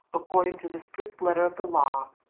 according to the strict letter of the law,